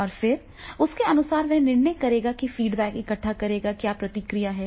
और फिर उसके अनुसार वह निर्णय करेगा वह फीडबैक इकट्ठा करेगा क्या प्रतिक्रिया है